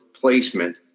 placement